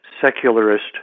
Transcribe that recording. secularist